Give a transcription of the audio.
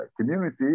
community